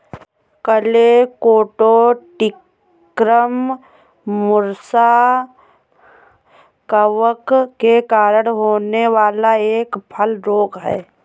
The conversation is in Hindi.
कलेक्टोट्रिकम मुसा कवक के कारण होने वाला एक फल रोग है